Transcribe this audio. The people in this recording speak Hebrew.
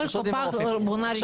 כל שב"ן בונה רשימה משלה.